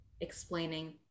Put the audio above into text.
explaining